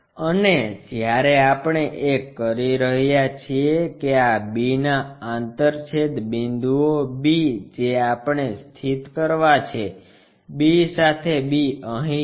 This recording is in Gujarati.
અને જ્યારે આપણે એ કરી રહ્યા છીએ કે આં b ના આંતરછેદ બિંદુઓ b જે આપણે સ્થિત કરવાં છે b સાથે b અહીં છે